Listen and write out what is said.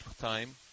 time